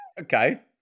Okay